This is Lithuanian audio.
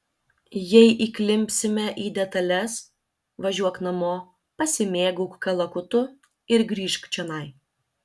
jei įklimpsime į detales važiuok namo pasimėgauk kalakutu ir grįžk čionai